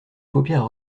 paupières